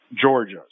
Georgia